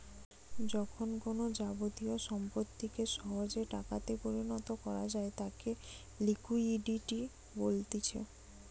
যখন কোনো যাবতীয় সম্পত্তিকে সহজে টাকাতে পরিণত করা যায় তাকে লিকুইডিটি বলতিছে